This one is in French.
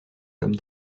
comme